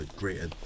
greater